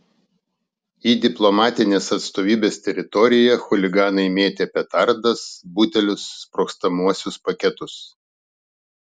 į diplomatinės atstovybės teritoriją chuliganai mėtė petardas butelius sprogstamuosius paketus